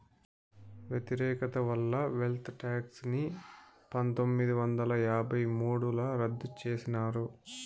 వ్యతిరేకత వల్ల wealth tax ని పందొమ్మిది వందల యాభై మూడుల రద్దు చేసినారు